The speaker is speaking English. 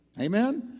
Amen